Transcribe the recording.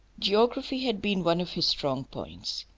geography had been one of his strong points.